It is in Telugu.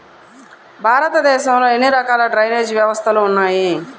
భారతదేశంలో ఎన్ని రకాల డ్రైనేజ్ వ్యవస్థలు ఉన్నాయి?